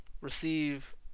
receive